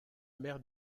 mère